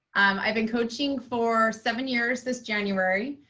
i've been coaching for seven years, this january.